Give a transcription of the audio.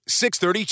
630